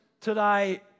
today